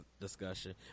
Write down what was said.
discussion